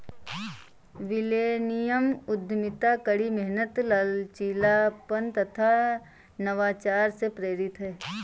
millennium उद्यमिता कड़ी मेहनत, लचीलापन तथा नवाचार से प्रेरित है